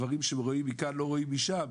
דברים שרואים מכאן לא רואים משם.